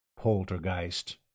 Poltergeist